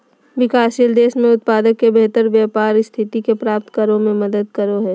विकासशील देश में उत्पाद के बेहतर व्यापार स्थिति के प्राप्त करो में मदद करो हइ